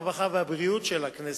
הרווחה והבריאות של הכנסת,